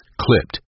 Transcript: Clipped